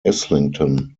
islington